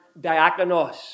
diakonos